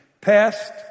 past